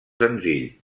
senzill